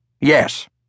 Yes